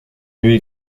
mieux